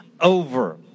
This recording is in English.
over